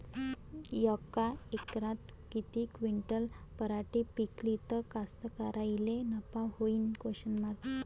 यका एकरात किती क्विंटल पराटी पिकली त कास्तकाराइले नफा होईन?